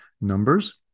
numbers